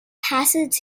passes